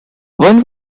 one